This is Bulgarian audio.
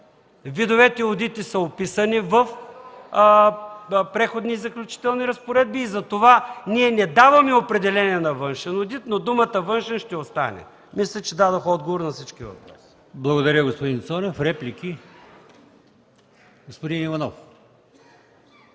видовете одити са записани в Преходни и заключителни разпоредби и затова ние не даваме определение на външен одит, но думата „външен” ще остане. Мисля, че дадох отговор на всички въпроси. ПРЕДСЕДАТЕЛ АЛИОСМАН ИМАМОВ: Благодаря, господин Цонев. Реплики? Господин Иванов.